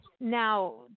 now